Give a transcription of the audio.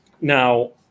now